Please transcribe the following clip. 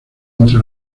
entre